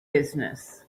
business